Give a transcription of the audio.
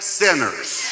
sinners